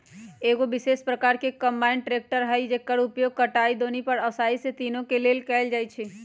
एगो विशेष प्रकार के कंबाइन ट्रेकटर हइ जेकर उपयोग कटाई, दौनी आ ओसाबे इ तिनों के लेल कएल जाइ छइ